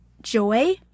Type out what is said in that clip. joy